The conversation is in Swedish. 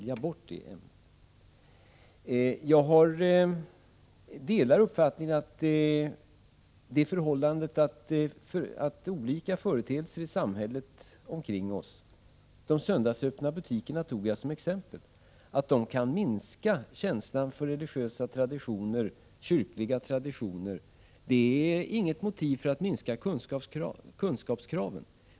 Jag delar uppfattningen att olika företeelser i samhället — jag tog de söndagsöppna butikerna som exempel — kan minska känslan för religiösa och kyrkliga traditioner. Det är inget motiv för att minska kunskapskraven.